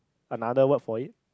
another word for it